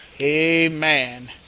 Amen